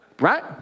Right